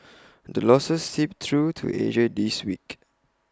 the losses seeped through to Asia this week